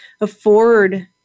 afford